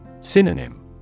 Synonym